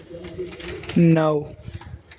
नौ